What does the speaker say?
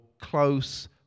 close